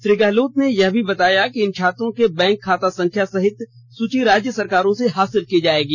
श्री गहलोत ने यह भी बताया कि इन छात्रों के बैंक खाता संख्या सहित सूची राज्य सरकारों से हासिल की जाएगी